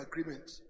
agreement